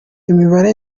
imibare